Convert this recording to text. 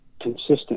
consistent